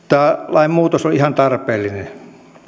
tämä lainmuutos on ihan tarpeellinen